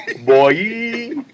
Boy